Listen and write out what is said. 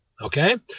okay